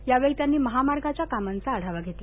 यावेळी त्यांनी महामार्गाच्या कामांचा आढावा घेतला